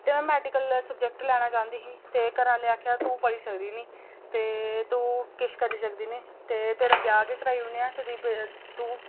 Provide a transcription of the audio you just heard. ते में medical subject लैना चाह्न्दी ही ते घरा आह्लें आखेआ कि तू पढ़ी सकदी नी ते तू किश करी सकदी नी ते तेरा ब्याह् गै कराई ओड़ने आं ते तू